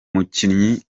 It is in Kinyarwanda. mukinnyi